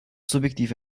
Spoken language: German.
subjektive